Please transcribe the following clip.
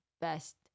best